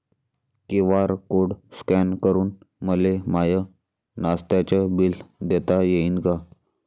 QR code scan करून मले माय नास्त्याच बिल देता येईन का?